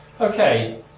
Okay